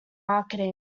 marketing